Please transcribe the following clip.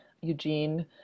Eugene